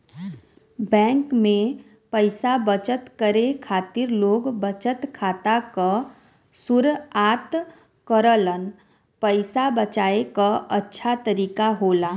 bank में पइसा बचत करे खातिर लोग बचत खाता क शुरआत करलन पइसा बचाये क अच्छा तरीका होला